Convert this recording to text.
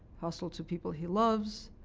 hostile to people he loves,